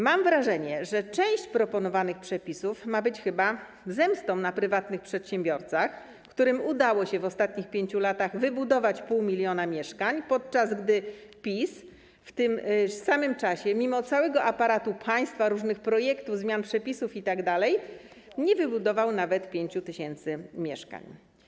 Mam wrażenie, że część proponowanych przepisów ma być chyba zemstą na prywatnych przedsiębiorcach, którym udało się w ostatnich 5 latach wybudować 0,5 mln mieszkań, podczas gdy PiS w tym samym czasie, mimo całego aparatu państwa, różnych projektów, zmian przepisów itd., nie wybudował nawet 5 tys. mieszkań.